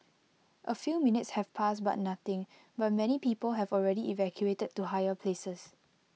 A few minutes have passed but nothing but many people have already evacuated to higher places